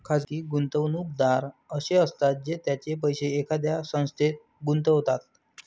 खाजगी गुंतवणूकदार असे असतात जे त्यांचे पैसे एखाद्या संस्थेत गुंतवतात